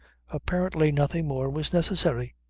apparently nothing more was necessary.